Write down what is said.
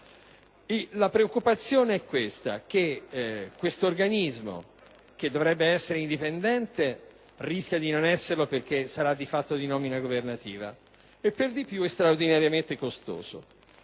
La preoccupazione è questa: tale organismo, che dovrebbe essere dipendente, rischia di non esserlo perché sarà di fatto di nomina governativa e per di più è straordinariamente costoso.